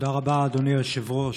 תודה רבה, אדוני היושב-ראש.